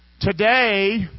Today